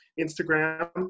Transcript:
Instagram